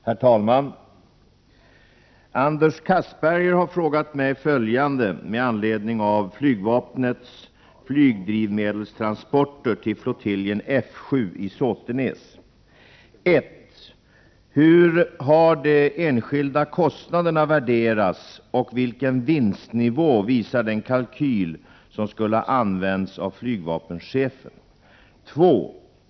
Herr talman! Anders Castberger har frågat mig följande med anledning av flygvapnets flygdrivmedelstransporter till flottiljen F 7 i Såtenäs: 1. Hur har de enskilda kostnaderna värderats och vilken vinstnivå visar den kalkyl som skulle ha använts av flygvapenchefen? 2.